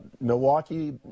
Milwaukee